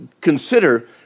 consider